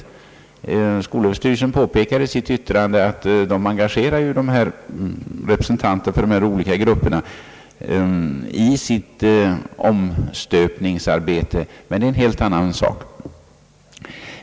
Skolöverstyrelsen påpekar i sitt yttrande att man enga gerar representanter för dessa olika grupper i sitt omstöpningsarbete, men det är en helt annan sak.